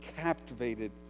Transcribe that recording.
captivated